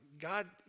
God